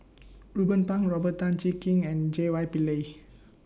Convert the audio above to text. Ruben Pang Robert Tan Jee Keng and J Y Pillay